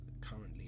currently